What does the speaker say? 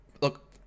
Look